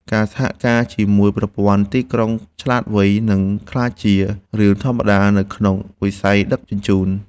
ការសហការជាមួយប្រព័ន្ធទីក្រុងឆ្លាតវៃ នឹងក្លាយជារឿងធម្មតានៅក្នុងវិស័យដឹកជញ្ជូន។